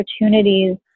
opportunities